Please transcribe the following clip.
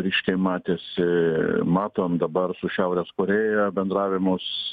ryškiai matėsi matom dabar su šiaurės korėja bendravimus